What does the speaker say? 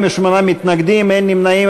48 מתנגדים, אין נמנעים.